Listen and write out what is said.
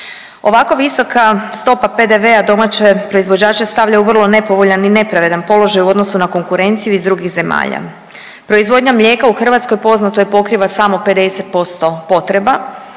Ovako visoka stopa PDV-a domaće proizvođače stavlja u vrlo nepovoljan i nepravedan položaj u odnosu na konkurenciju iz drugih zemalja. Proizvodnja mlijeka u Hrvatskoj poznato je pokriva samo 50% potreba